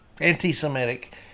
anti-Semitic